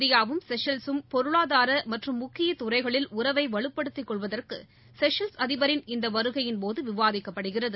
இந்தியாவும் ஷெசல்ஸ் ம் பொருளாதாரமற்றும் முக்கியதுறைகளில் உறவைவலுப்படுத்திகொள்வதற்குஷெகல்ஸ் அதிபரின் இந்தவருகையின்போதுவிவாதிக்கப்படுகிறது